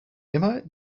immer